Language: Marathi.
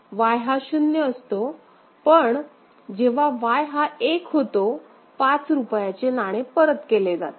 Y हा 0 असतो पण जेव्हा Y हा १ होतो ५ रुपयाचे नाणे परत केले जाते